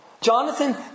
Jonathan